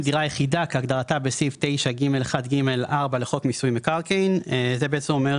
יחידה" כהגדרתה בסעיף 9(ג1ג)(4) לחוק מיסוי מקרקעין; זה בעצם אומר,